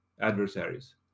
adversaries